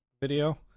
Video